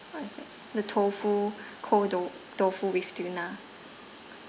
what is that the tofu cold do~ tofu with tuna